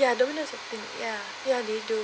ya donors have been ya ya they do